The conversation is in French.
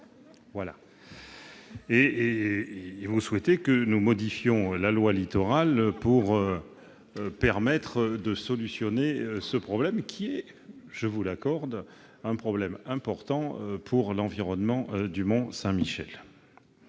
laine. Vous souhaitez que nous modifiions la loi Littoral pour permettre de résoudre ce problème, qui, je vous l'accorde, est important pour l'environnement du Mont-Saint-Michel.